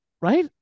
right